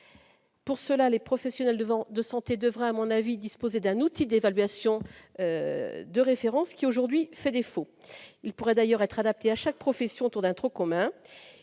pour cela, les professionnels devant de santé devrait à mon avis, disposer d'un outil d'évaluation de référence qui aujourd'hui fait défaut, il pourrait d'ailleurs être adapté à chaque profession autour d'un trou commun